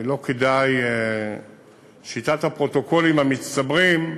שיטת הפרוטוקולים המצטברים,